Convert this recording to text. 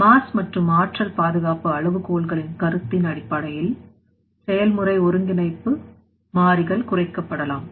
Mass மற்றும் ஆற்றல் பாதுகாப்பு அளவுகோல்களின் கருத்தின் அடிப்படையில் செயல்முறை ஒருங்கிணைப்புக் மாறிகள் குறைக்கப்படலாம்